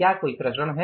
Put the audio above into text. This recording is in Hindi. क्या कोई प्रसरण है